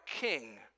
king